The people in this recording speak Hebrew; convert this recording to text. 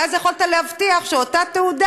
ואז יכולת להבטיח שאותה תעודה,